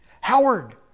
Howard